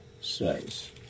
says